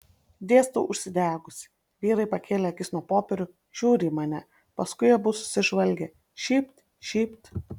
dėstau užsidegusi vyrai pakėlė akis nuo popierių žiūri į mane paskui abu susižvalgė šypt šypt